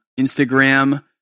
Instagram